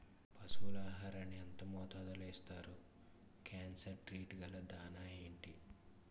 పశువుల ఆహారాన్ని యెంత మోతాదులో ఇస్తారు? కాన్సన్ ట్రీట్ గల దాణ ఏంటి?